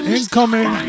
Incoming